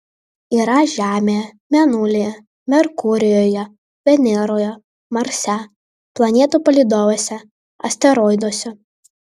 yra žemėje mėnulyje merkurijuje veneroje marse planetų palydovuose asteroiduose